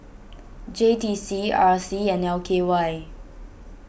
J T C R C and L K Y